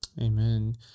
Amen